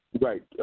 Right